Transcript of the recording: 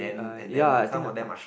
eh uh ya I think I watched